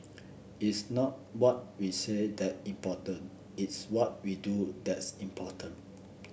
it's not what we say that important it's what we do that's important